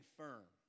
firm